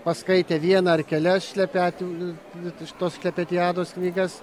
paskaitė vieną ar kelias šlepetių bet iš tos tatjanos knygas